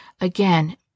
again